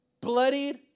bloodied